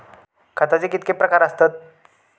खताचे कितके प्रकार असतत?